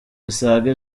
zisaga